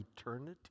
eternity